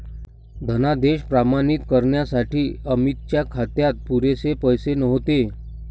धनादेश प्रमाणित करण्यासाठी अमितच्या खात्यात पुरेसे पैसे नव्हते